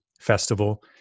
Festival